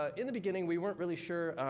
ah in the beginning, we weren't really sure